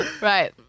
Right